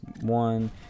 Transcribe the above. one